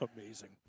Amazing